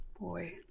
Boy